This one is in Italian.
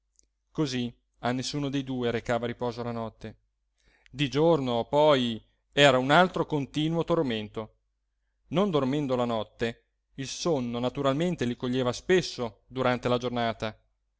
così a nessuno dei due recava riposo la notte di giorno poi era un altro continuo tormento non dormendo la notte il sonno naturalmente li coglieva spesso durante la giornata